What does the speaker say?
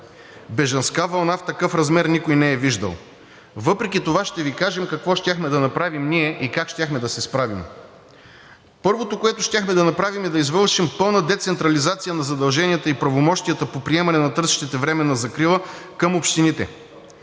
Бежанска вълна в такъв размер никой не е виждал. Въпреки това ще Ви кажем какво щяхме да направим ние и как щяхме да се справим. Първото, което щяхме да направим, е да извършим пълна децентрализация на задълженията и правомощията по приемане на търсещите временна закрила към общините.